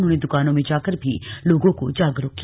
उन्होंने दुकानों में जाकर भी लोगों को जागरूक किया